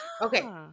Okay